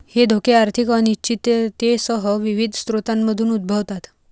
हे धोके आर्थिक अनिश्चिततेसह विविध स्रोतांमधून उद्भवतात